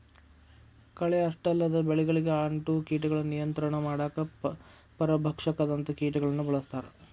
ಕಳೆ ಅಷ್ಟ ಅಲ್ಲದ ಬೆಳಿಗಳಿಗೆ ಅಂಟೊ ಕೇಟಗಳನ್ನ ನಿಯಂತ್ರಣ ಮಾಡಾಕ ಪರಭಕ್ಷಕದಂತ ಕೇಟಗಳನ್ನ ಬಳಸ್ತಾರ